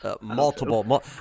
multiple